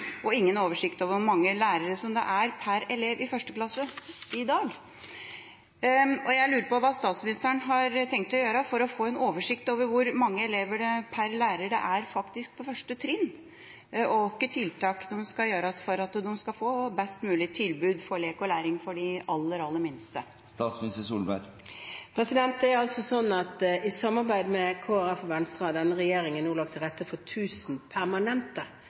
og ingen har oversikt over hvor mange lærere det er per elev i første klasse i dag. Jeg lurer på hva statsministeren har tenkt å gjøre for å få en oversikt over hvor mange elever per lærer det faktisk er på første trinn, og hvilke tiltak som skal settes inn for å få best mulig tilbud om lek og læring for de aller, aller minste. I samarbeid med Kristelig Folkeparti og Venstre har denne regjeringen nå lagt til rette for 1 000 permanente